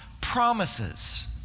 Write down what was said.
promises